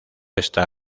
está